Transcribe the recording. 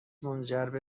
منجربه